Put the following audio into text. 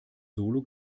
solo